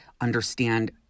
understand